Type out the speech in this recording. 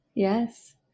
Yes